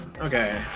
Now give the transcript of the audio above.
Okay